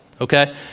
okay